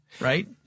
right